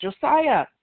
josiah